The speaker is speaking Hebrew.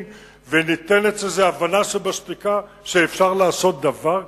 וניתנת הבנה שבשתיקה שאפשר לעשות דבר כזה?